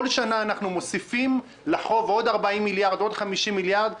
בכל שנה אנחנו מוסיפים לחוב עוד 40 50 מיליארד שקל?